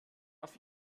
auf